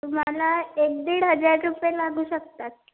मला एक दीड हजार रुपये लागू शकतात